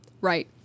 Right